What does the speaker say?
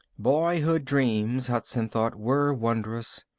boyhood dreams, hudson thought, were wondrous.